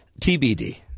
TBD